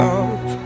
up